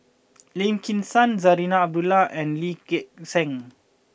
Lim Kim San Zarinah Abdullah and Lee Gek Seng